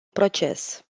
proces